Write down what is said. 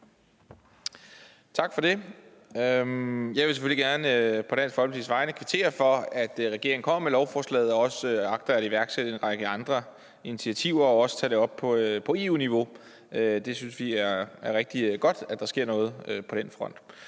Tak for det. Jeg vil selvfølgelig gerne på Dansk Folkepartis vegne kvittere for, at regeringen er kommet med lovforslaget og også agter at iværksætte en række andre initiativer og tage det op på EU-niveau. Vi synes, det er rigtig godt, at der sker noget på den front.